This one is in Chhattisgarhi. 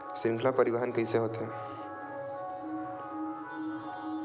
श्रृंखला परिवाहन कइसे होथे?